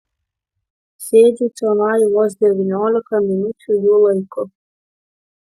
sėdžiu čionai vos devyniolika minučių jų laiku